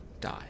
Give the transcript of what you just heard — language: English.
die